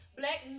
black